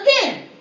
again